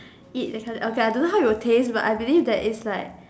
it okay okay I don't know how it will taste but I believe that it is like